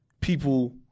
people